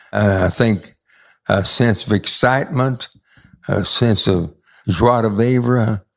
i think a sense of excitement, a sense of joie de vivre,